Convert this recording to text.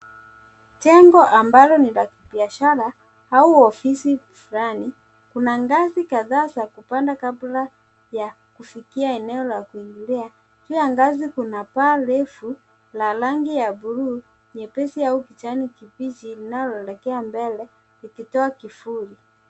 Jengo ambalo ni la kibiashara au ofisi fulani. Kuna ngazi kadhaa za kupanda kabla ya kufikia eneo la kuhudhuria. Juu ya ngazi kuna paa refu la rangi ya bluu nyepesi au kijani kibichi inayoolekea mbele likitoa kivuli.